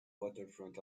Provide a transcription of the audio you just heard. waterfront